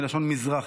זה מלשון מזרחי.